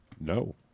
No